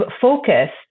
focused